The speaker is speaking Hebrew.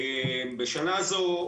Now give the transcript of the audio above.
בשנה זו,